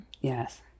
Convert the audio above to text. Yes